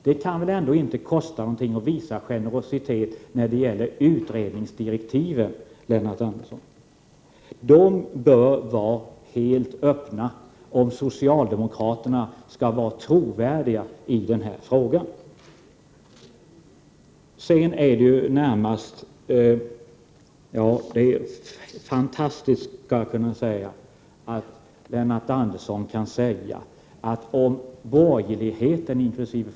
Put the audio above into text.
Det kan inte kosta någonting att visa generositet när det gäller utredningsdirektiven, Lennart Andersson. De bör vara helt öppna, om socialdemokraterna skall vara trovärdiga i denna fråga. Det är fantastiskt att Lennart Andersson kan säga att detta ärendes positiva utgång hade påskyndats om borgerligheten inkl.